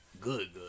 good